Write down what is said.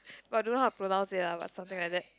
but I don't know how to pronounce it ah but something like that